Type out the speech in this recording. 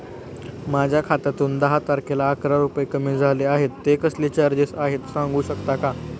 माझ्या खात्यातून दहा तारखेला अकरा रुपये कमी झाले आहेत ते कसले चार्जेस आहेत सांगू शकता का?